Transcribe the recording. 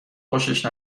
خوشش